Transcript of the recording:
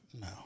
No